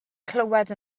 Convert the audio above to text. clywed